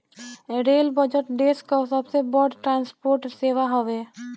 rail budget देस कअ सबसे बड़ ट्रांसपोर्ट सेवा हवे